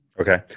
Okay